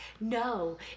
No